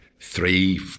three